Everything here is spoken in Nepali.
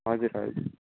हजुर हजुर